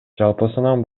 жалпысынан